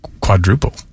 quadruple